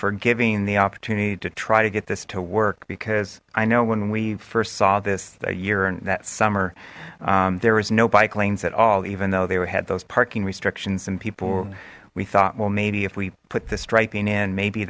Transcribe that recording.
for giving the opportunity to try to get this to work because i know when we first saw this a year and that summer there was no bike lanes at all even though they were had those parking restrictions and people we thought well maybe if we put the striping in maybe